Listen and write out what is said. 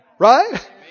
Right